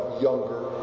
younger